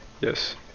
Yes